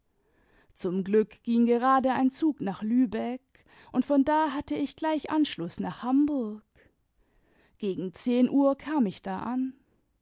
zum glück ging gerade ein zug nach lübeck und von da hatte ich gleich anschluß nach hamburg gegen zehn uhr kam ich da an